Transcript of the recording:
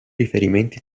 riferimenti